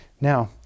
Now